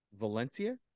Valencia